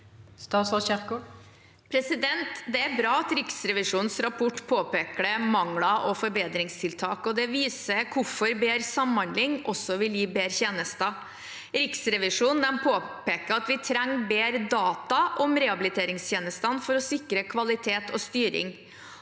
Det er bra at Riksrevisjonens rapport påpeker mangler og forbedringstiltak, og det viser hvorfor bedre samhandling også vil gi bedre tjenester. Riksrevisjonen påpeker at vi trenger bedre data om rehabiliteringstjenestene for å sikre kvalitet og styring.